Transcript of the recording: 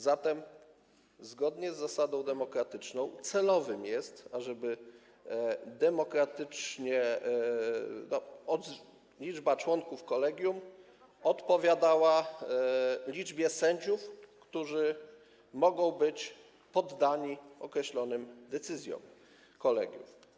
Zatem zgodnie z zasadą demokratyczną celowe jest, tak aby było demokratycznie, żeby liczba członków kolegium odpowiadała liczbie sędziów, którzy mogą być poddani określonym decyzjom kolegiów.